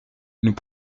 nous